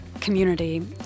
community